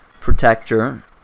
protector